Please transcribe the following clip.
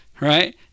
right